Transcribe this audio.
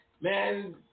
Man